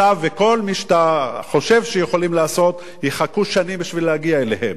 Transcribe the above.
אתה וכל מי שאתה חושב שיכולים לעשות יחכו שנים בשביל להגיע אליהן.